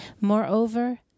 Moreover